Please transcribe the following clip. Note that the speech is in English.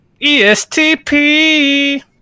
ESTP